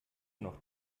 noch